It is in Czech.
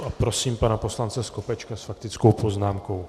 Prosím pana poslance Skopečka s faktickou poznámkou.